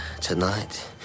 Tonight